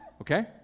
Okay